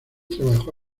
trabajó